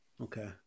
Okay